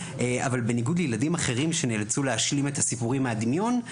אבל בניגוד לילדים אחרים שנאלצו להשלים את הסיפורים מהדמיון,